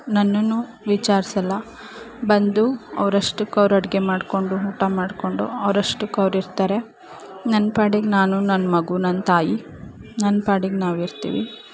ನನ್ನನ್ನು ವಿಚಾರ್ಸೋಲ್ಲ ಬಂದು ಅವ್ರಷ್ಟಕ್ಕೆ ಅವ್ರು ಅಡಿಗೆ ಮಾಡಿಕೊಂಡು ಊಟ ಮಾಡಿಕೊಂಡು ಅವ್ರಷ್ಟಕ್ಕೆ ಅವರಿರ್ತಾರೆ ನನ್ನ ಪಾಡಿಗೆ ನಾನು ನನ್ನ ಮಗು ನನ್ನ ತಾಯಿ ನನ್ನ ಪಾಡಿಗೆ ನಾವಿರ್ತೀವಿ